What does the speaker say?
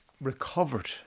recovered